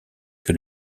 que